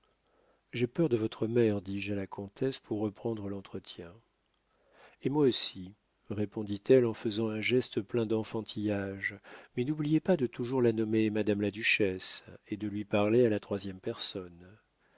j'ai peur de votre mère dis-je à la comtesse pour reprendre l'entretien et moi aussi répondit-elle en faisant un geste plein d'enfantillage mais n'oubliez pas de toujours la nommer madame la duchesse et de lui parler à la troisième personne